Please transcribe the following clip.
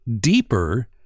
deeper